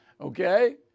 Okay